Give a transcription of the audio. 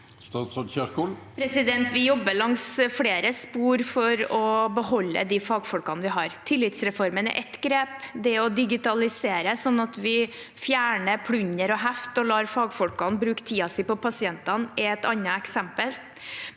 Vi jobber langs flere spor for å beholde de fagfolkene vi har. Tillitsreformen er ett grep. Det å digitalisere, sånn at vi fjerner plunder og heft og lar fagfolkene bruke tiden sin på pasientene, er et annet eksempel.